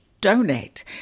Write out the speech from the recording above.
donate